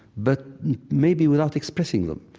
but maybe without expressing them.